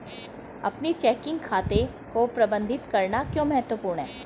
अपने चेकिंग खाते को प्रबंधित करना क्यों महत्वपूर्ण है?